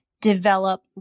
develop